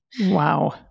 Wow